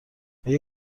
آیا